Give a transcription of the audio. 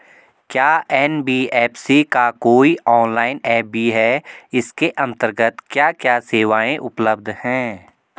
क्या एन.बी.एफ.सी का कोई ऑनलाइन ऐप भी है इसके अन्तर्गत क्या क्या सेवाएँ उपलब्ध हैं?